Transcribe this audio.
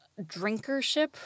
drinkership